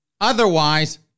otherwise